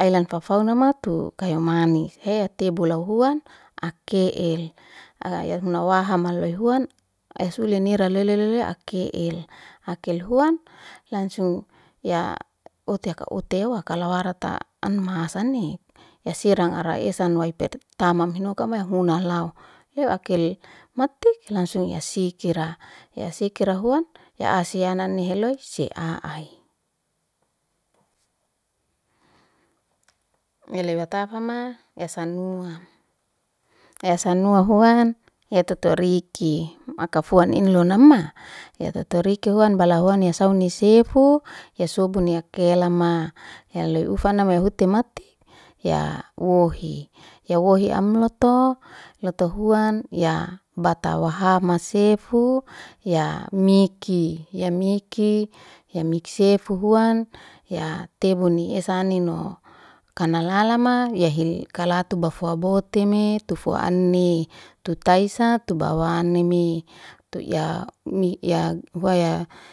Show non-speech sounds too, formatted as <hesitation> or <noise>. ei lan fau- faunama tu kaimanis <hesitation> tebu lau huan ake'el ya huna waham haloy huan ai suni nira leu leu leu ake'el, akel huan langsung ya ote ya ote kala warata anmaha sani ya serang ara esan wai pertama mai hinuka yana amlau, eu akel matik langsung ya sikira ya sikira huan ya asiyanani heloy si a;ai. Mele watafama ya sanuham ya sanuha huan ya totoriki makafuan inlonama ya totoriki huan bala huan ya sauni sefu ya subun ya kelema ya holoy ufana mai hute matik ya wohi, ya wohi amloto ya lotu huan ya bta wahama sefu ya miki ya miki sefhu huan ya tebuni esa aninno kana lalama ya hil kala tu bafua boteme tu ani tu taisa tu bawani nime tuy. <hesitation>